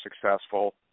successful